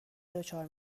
دچار